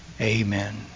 Amen